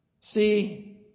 See